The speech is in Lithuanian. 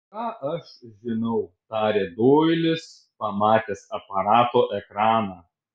ką aš žinau tarė doilis pamatęs aparato ekraną